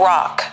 Rock